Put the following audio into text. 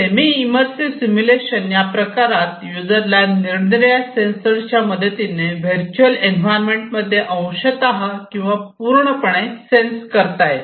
semi immersive simulation या प्रकारात यूजरला निरनिराळ्या सेन्सर्स च्या मदतीने व्हर्च्युअल एन्व्हायरमेंट अंशतः किंवा पूर्णपणे सेन्स करता येते